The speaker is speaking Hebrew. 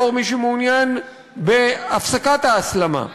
בתור מי שמעוניין בהפסקת ההסלמה,